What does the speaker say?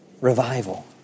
Revival